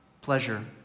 pleasure